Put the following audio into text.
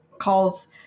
calls